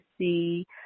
see